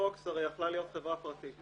פוקס הרי יכלה להיות חברה פרטית.